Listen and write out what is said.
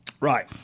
Right